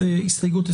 בבקשה.